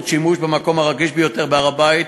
שימוש במקום הרגיש ביותר בהר-הבית,